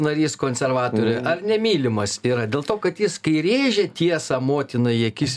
narys konservatorių ar nemylimas yra dėl to kad jis kai rėžia tiesą motinai į akis